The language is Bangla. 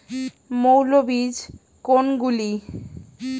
মৌল বীজ কোনগুলি?